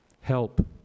help